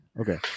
okay